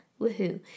Woohoo